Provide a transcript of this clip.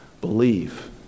believe